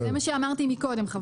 זה מה שאמרתי קודם.